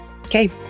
Okay